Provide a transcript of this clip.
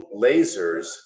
lasers